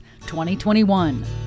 2021